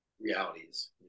realities